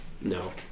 No